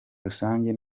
rusange